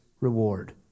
reward